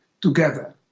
together